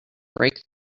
break